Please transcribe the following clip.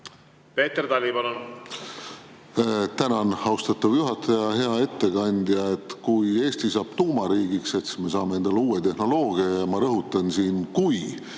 Peeter Tali, palun! Tänan, austatud juhataja! Hea ettekandja! Kui Eesti saab tuumariigiks, siis me saame endale uue tehnoloogia, aga ma rõhutan: kui.